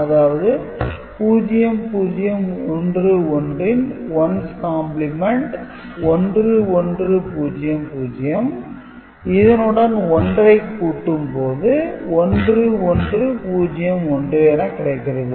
அதாவது 0 0 1 1 ன் 1's complement 1 1 0 0 இதனுடன் 1 ஐக் கூட்டும் போது 1 1 0 1 எனக் கிடைக்கிறது